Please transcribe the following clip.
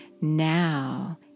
Now